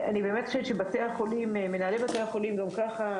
אני באמת חושבת שמנהלי בתי החולים גם ככה